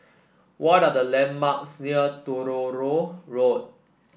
what are the landmarks near Truro Road